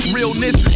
Realness